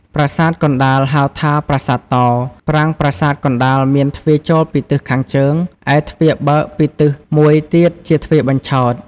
ប្រាសាទកណ្តាល ហៅថាប្រាសាទតោ ប្រាង្គប្រាសាទកណ្តាលមានទ្វារចូលពីទិសខាងជើង ឯទ្វារបើកពីទិសមួយទៀតជាទ្វារបញ្ឆោត។